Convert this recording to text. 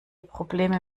probleme